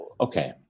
Okay